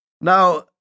Now